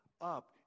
up